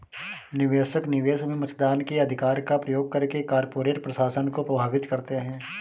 निवेशक, निवेश में मतदान के अधिकार का प्रयोग करके कॉर्पोरेट प्रशासन को प्रभावित करते है